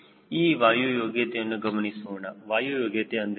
ಈಗ ವಾಯು ಯೋಗ್ಯತೆಯನ್ನು ಗಮನಿಸೋಣ ವಾಯು ಯೋಗ್ಯತೆ ಎಂದರೇನು